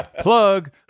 Plug